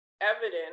evidence